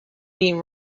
been